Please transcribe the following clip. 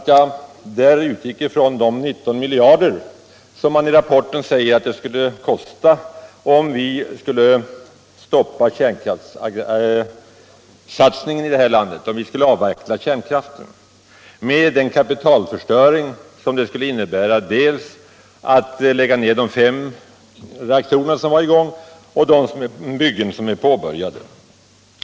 Jag utgick ifrån de 19 miljarder som man i rapporten säger att det skulle kosta om vi skulle stoppa kärnkraftssatsningen här i landet och avveckla kärnkraften. Däri inräknas den kapitalförstöring det skulle innebära att lägga ned de fem reaktorer som är i gång och de byggen som är påbörjade.